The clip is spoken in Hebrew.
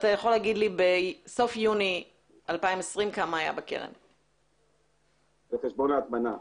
אתה יכול להגיד לי כמה היה בקרן בסוף יוני 2020. בחשבון ההטמנה.